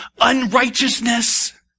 unrighteousness